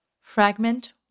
fragment